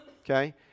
okay